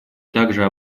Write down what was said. также